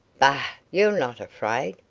bah! you're not afraid.